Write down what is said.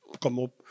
como